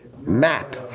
map